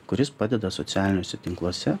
kuris padeda socialiniuose tinkluose